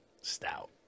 stout